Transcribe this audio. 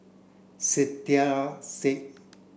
Saiedah Said